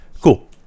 Cool